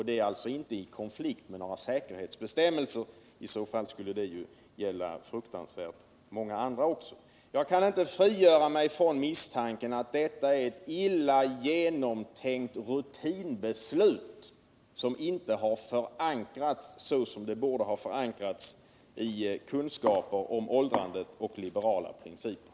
Det är alltså inte i konflikt med några säkerhetsbestämmelser. I så fall skulle det gälla fruktansvärt många andra också. Jag kan inte frigöra mig från misstanken att detta är ett illa genomtänkt rutinbeslut som inte har förankrats så som det borde ha förankrats i kunskaper om åldrandet och liberala principer.